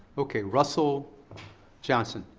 okay russell johnson.